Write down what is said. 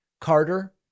Carter